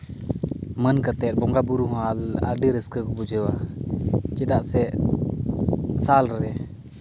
ᱢᱟᱹᱱ ᱠᱟᱛᱮᱫ ᱵᱚᱸᱜᱟᱼᱵᱩᱨᱩ ᱦᱚᱸ ᱟᱹᱰᱤ ᱨᱟᱹᱥᱠᱟᱹ ᱠᱚ ᱵᱩᱡᱷᱟᱹᱣᱟ ᱪᱮᱫᱟᱜ ᱥᱮ ᱥᱟᱞ ᱨᱮ